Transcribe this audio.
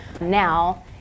now